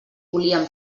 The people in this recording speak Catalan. volien